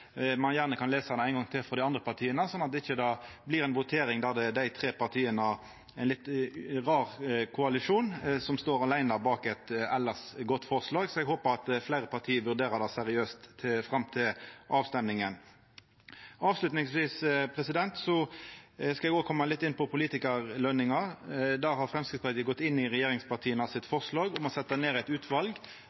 gjerne kan lesa det ein gong til, sånn at det ikkje blir ei votering der dei tre partia – ein litt rar koalisjon – står aleine bak eit elles godt forslag. Eg håpar at fleire parti vurderer det seriøst fram til voteringa. Avslutningsvis skal eg òg koma litt inn på politikarløningar. Der har Framstegspartiet gått inn i regjeringspartia sitt forslag om å setja ned eit utval